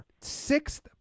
sixth